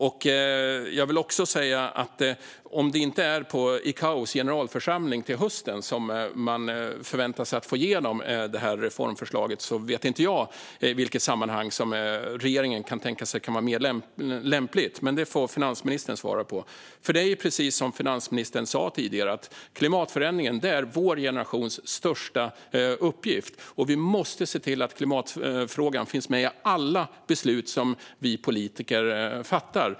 Om det inte är på mötet i ICAO:s generalförsamling till hösten som man förväntar sig att få igenom det här reformförslaget vet jag inte vilket sammanhang som regeringen kan tänka sig kan vara mer lämpligt. Men det får finansministern svara på. Precis som finansministern sa tidigare är klimatförändringen vår generations största uppgift. Vi måste se till att klimatfrågan finns med i alla beslut som vi politiker fattar.